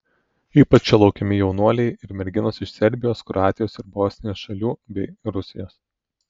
ypač čia laukiami jaunuoliai ir merginos iš serbijos kroatijos ir bosnijos šalių bei rusijos